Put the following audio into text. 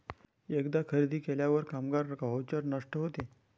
एकदा खरेदी केल्यावर कामगार व्हाउचर नष्ट होते